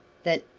that,